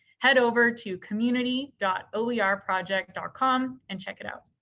head over to communities dot oer ah project dot com and check it out.